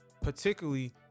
particularly